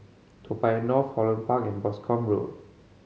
Toa Payoh North Holland Park and Boscombe Road